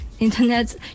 internet